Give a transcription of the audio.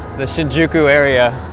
the shinjuku area.